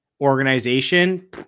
organization